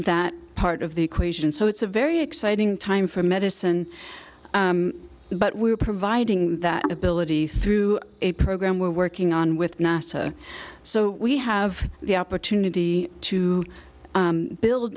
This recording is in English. that part of the equation so it's a very exciting time for medicine but we're providing that ability through a program we're working on with nasa so we have the opportunity to build